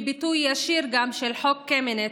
היא גם ביטוי ישיר של חוק קמיניץ,